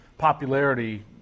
popularity